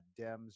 Dems